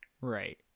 Right